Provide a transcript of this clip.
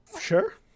Sure